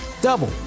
double